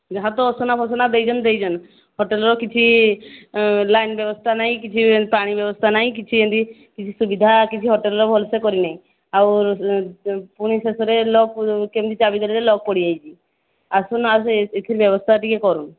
ଯାହା ତ ଅସନା ଫସନା ଦେଇଛନ୍ତି ଦେଇଛନ୍ତି ହୋଟେଲ୍ର କିଛି ଲାଇନ୍ ବ୍ୟବସ୍ଥା ନାହିଁ କିଛି ପାଣି ବ୍ୟବସ୍ଥା ନାହିଁ କିଛି ଏମିତି କିଛି ସୁବିଧା କିଛି ହୋଟେଲ୍ର ଭଲସେ କରିନାହିଁ ଆଉ ପୁଣି ଶେଷରେ ଲକ୍ କେମିତି ଚାବିଦେଲେ ଲକ୍ ପଡ଼ିଯାଇଛି ଆସୁନ ଆସି ଏଥିର ବ୍ୟବସ୍ଥା ଟିକିଏ କରନ୍ତୁ